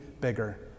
bigger